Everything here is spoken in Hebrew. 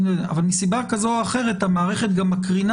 אבל מסיבה כזו או אחרת המערכת גם מקרינה